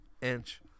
inch